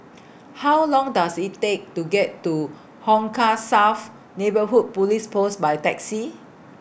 How Long Does IT Take to get to Hong Kah South Neighbourhood Police Post By Taxi